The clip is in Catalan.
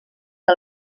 que